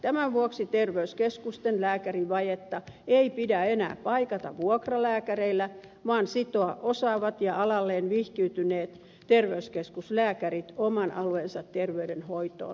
tämän vuoksi terveyskeskusten lääkärivajetta ei pidä enää paikata vuokralääkäreillä vaan pitää sitoa osaavat ja alalleen vihkiytyneet terveyskeskuslääkärit oman alueensa terveydenhoitoon